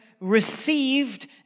received